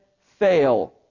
fail